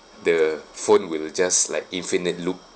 the phone will just like infinite loop